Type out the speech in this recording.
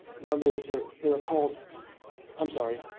no neighbors ah they were called i'm sorry.